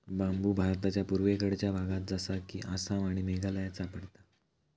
बांबु भारताच्या पुर्वेकडच्या भागात जसा कि आसाम आणि मेघालयात सापडता